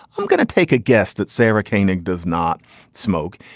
i'm gonna take a guess that sarah canek does not smoke.